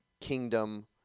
kingdom